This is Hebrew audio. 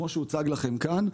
כמו שהוצג לכם כאן,